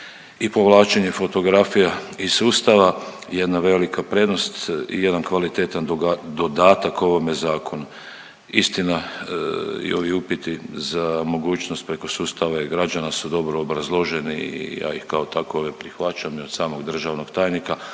i povlačenje fotografija iz sustava jedna velika prednost i jedan kvalitetan dodatak ovome zakonu. Istina i ovi upiti za mogućnost preko sustava e-građana su dobro obrazloženi i ja ih kao takove prihvaćam i od samog državnog tajnika,